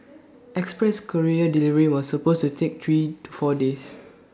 express courier delivery was supposed to take three to four days